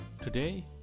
Today